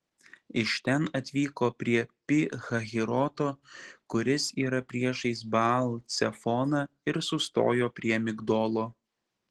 iš ten atvyko prie pi hahiroto kuris yra priešais baal cefoną ir sustojo prie migdolo